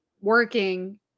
working